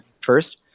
First